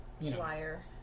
liar